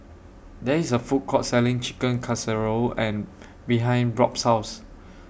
There IS A Food Court Selling Chicken Casserole and behind Robb's House